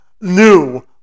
new